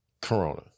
corona